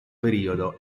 periodo